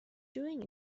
doing